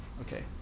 Okay